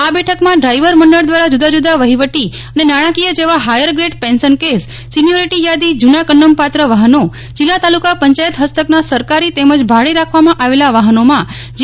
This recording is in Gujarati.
આ બેઠકમાં ડ્રાઈવર મંડળ દ્વારા જુદા જુદા વફીવટી અને નાણાંકીય જેવા ફાયરગ્રેડ પેન્શન કેસ સિનિયોરિટી થાદી જ્રના કંડમ પાત્ર વાફનો જિલ્લા તાલુકા પંચાયત ફસ્તકના સરકારી તેમજ ભાડે રાખવામાં આવેલા વાફનોમાં જી